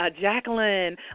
Jacqueline